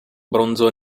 bronzo